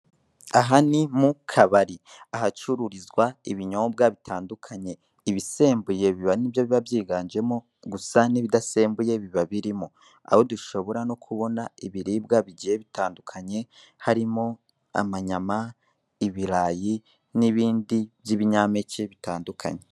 Aha ni mu kabari, ahacururizwa ibinyobwa bitandukanye: ibisembuye ni byo biba byiganjemo, ariko n'ibidasembuye biba birimo; aho dushobora no kubona ibiribwa bigiye bitandukanye, harimo amanyama, ibirayi n'ibindi bitandukanye.